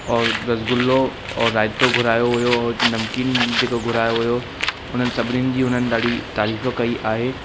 औरि रसगुल्लो और रायतो घुरायो हुओ नमकीन जेको घुरायो हुओ उन्हनि सभिनीनि जी उन्हनि ॾाढी तारीफ़ कई आहे